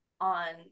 on